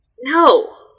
No